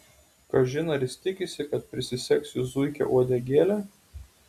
kažin ar jis tikisi kad prisisegsiu zuikio uodegėlę